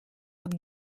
hat